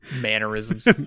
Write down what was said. mannerisms